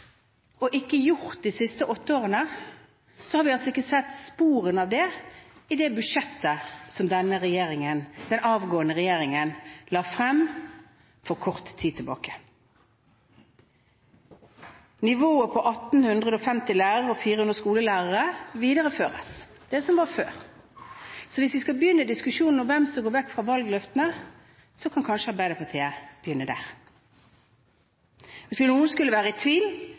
altså ikke sett spor av dette de siste åtte årene, og heller ikke i det budsjettet som den avgående regjeringen la frem for kort tid tilbake. Nivået på 1 850 lærere og 400 skoleledere videreføres. Så hvis vi skal begynne en diskusjon om hvem som går vekk fra valgløftene, kan kanskje Arbeiderpartiet begynne der. Hvis noen skulle være i tvil,